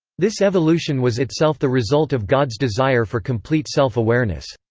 this evolution was itself the result of god's desire for complete self-awareness.